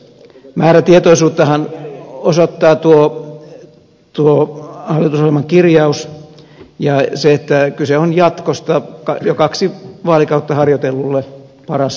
määrätietoisuuttahan osoittaa tuo hallitusohjelman kirjaus ja se että kyse on jatkosta jo kaksi vaalikautta harjoitellulle paras hankkeelle